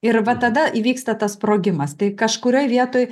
ir va tada įvyksta tas sprogimas tai kažkurioj vietoj